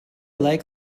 like